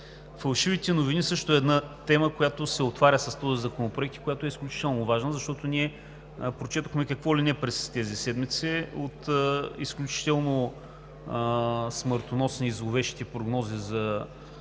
„Фалшивите новини“ също е една тема, която се отваря с този законопроект и която е изключително важна, защото ние прочетохме какво ли не през тези седмици – от изключително смъртоносни и зловещи прогнози за